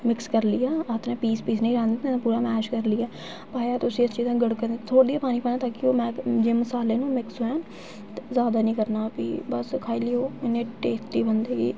mix करी लेआ अंदरें पीस पीस निं रौह्न देने पूरा मैश करी लेआ पाया उसदे च ते गड़कन थोह्ड़ा जेहा पानी पाना ताकि ओह् मैश जि'यां मसाले न हून मिक्स होई जान ते जैदा निं करना फ्ही बस खाई लेई ओह् इन्नी टेस्टी बनदी